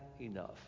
enough